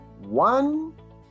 one